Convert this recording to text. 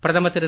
பிரதமர் திரு